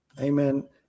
Amen